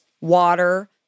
water